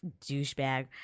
douchebag